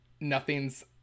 nothing's